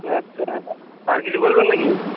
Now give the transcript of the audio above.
আচ্ছা আর কিছু বলবেন না কি